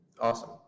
Awesome